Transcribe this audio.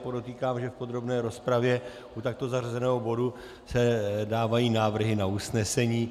Podotýkám, že v podrobné rozpravě u takto zařazeného bodu se dávají návrhy na usnesení.